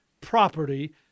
property